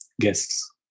guests